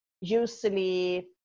usually